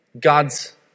God's